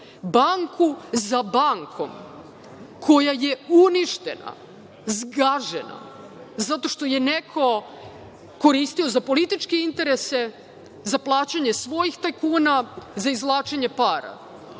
banku za bankom koja je uništena, zgažena zato što je neko koristio za političke interese, za plaćanje svojih tajkuna, za izvlačenje para.